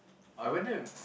I went there